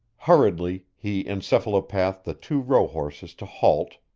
hurriedly, he encephalopathed the two rohorses to halt,